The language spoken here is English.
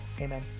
Amen